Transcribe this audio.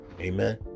amen